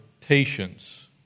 patience